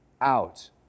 out